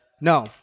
No